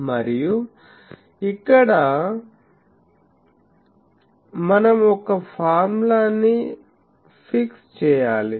మరియు ఇక్కడ మనం ఒక ఫార్ములాని ఫిక్స్ చేయాలి